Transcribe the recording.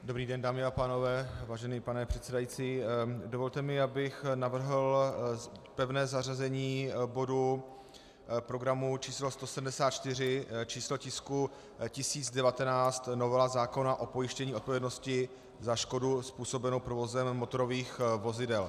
Dobrý den, dámy a pánové, vážený pane předsedající, dovolte mi, abych navrhl pevné zařazení bodu programu číslo 174, číslo tisku 1019, novela zákona o pojištění odpovědnosti za škodu způsobenou provozem motorových vozidel.